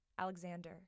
Alexander